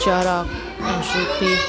ચરક ઈશુથી